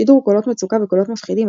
שידור קולות מצוקה וקולות מפחידים,